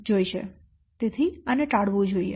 તેથી આને ટાળવું જોઈએ